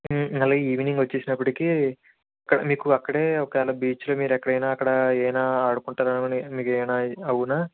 మళ్ళీ ఈవినింగ్ వచ్చేసినప్పిడికి అక్కడ మీకు అక్కడే ఒకేలా బీచ్లో మీరెక్కడైనా అక్కడా ఏదన్న ఆడుకుంటారేమో అని మీకేమైనా అవునా